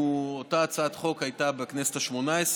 אותה הצעת חוק הייתה בכנסת השמונה-עשרה,